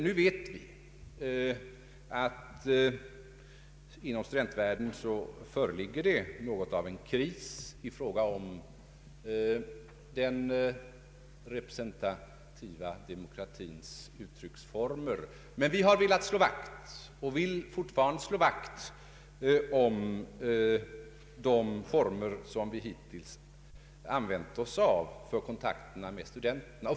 Nu vet vi att det inom studentvärlden föreligger något av en kris i fråga om den representativa demokratins uttrycksformer, men vi har velat slå vakt och vill fortfarande slå vakt om de former som vi hittills använt för kontakterna med studenterna.